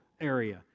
area